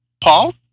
Paul